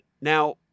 Now